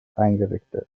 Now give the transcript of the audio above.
eingerichtet